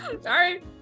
sorry